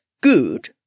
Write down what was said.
Good